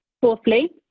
Fourthly